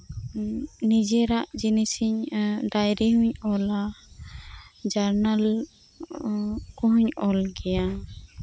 ᱱᱤᱡᱮᱨᱟᱜ ᱡᱤᱱᱤᱥᱤᱧ ᱰᱟᱭᱨᱤ ᱦᱚᱹᱧ ᱚᱞᱟ ᱡᱟᱨᱱᱟᱞ ᱠᱚᱦᱚᱹᱧ ᱚᱞᱜᱮᱭᱟ